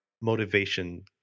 motivation